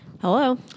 Hello